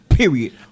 period